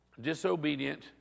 disobedient